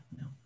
no